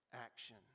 action